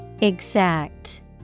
Exact